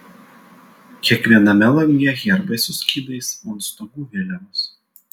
kiekviename lange herbai su skydais o ant stogų vėliavos